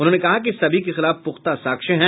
उन्होंने कहा कि सभी के खिलाफ पुख्ता साक्ष्य है